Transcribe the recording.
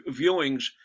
viewings